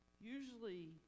usually